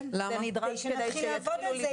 כן, כדי שנתחיל לעבוד על זה.